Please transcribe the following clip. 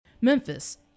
Memphis